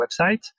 website